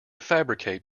fabricate